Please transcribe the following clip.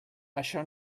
això